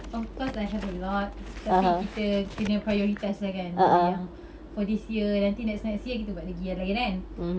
of course I have a lot tapi kita kena prioritise lah kan mana yang for this year and nanti next next year kita buat lagi yang lain kan